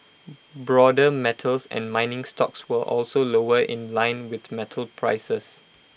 broader metals and mining stocks were also lower in line with metal prices